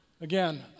Again